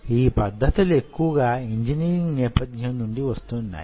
ఈ పద్ధతులు ఎక్కువగా ఇంజనీరింగ్ నేపథ్యం నుండి వస్తున్నాయి